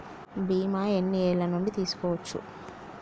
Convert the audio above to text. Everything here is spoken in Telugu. బీమా ఎన్ని ఏండ్ల నుండి తీసుకోవచ్చు?